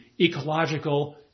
ecological